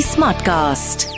Smartcast